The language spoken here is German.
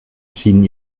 schienen